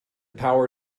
power